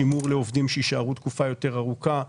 שימור לעובדים שיישארו תקופה יותר ארוכה.